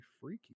freaky